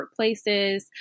workplaces